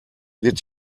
wird